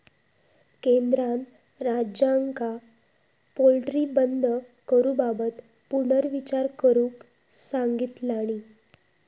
केंद्रान राज्यांका पोल्ट्री बंद करूबाबत पुनर्विचार करुक सांगितलानी